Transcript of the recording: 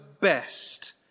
best